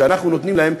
שאנחנו נותנים להם,